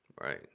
right